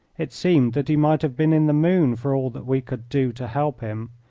it seemed that he might have been in the moon for all that we could do to help him.